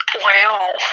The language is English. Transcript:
Wow